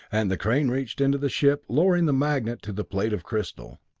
and the crane reached into the ship, lowering the magnet to the plate of crystal.